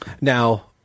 now